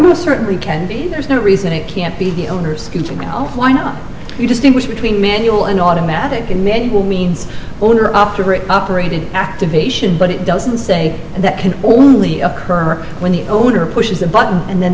most certainly can be there's no reason it can't be the owner's getting off why not you distinguish between manual and automatic and manual means owner after it operated activation but it doesn't say that can only occur when the owner pushes the button and then